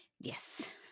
Yes